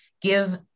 give